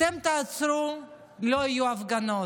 אתם תעצרו, לא יהיו הפגנות,